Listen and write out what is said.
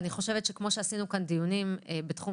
אני חושבת שכמו שעשינו כאן דיונים בתחום